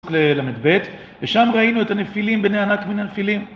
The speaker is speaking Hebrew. ל"ב, ושם ראינו את הנפילים בני ענת מן הנפילים